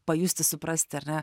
pajusti suprasti ar ne